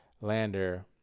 lander